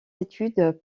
études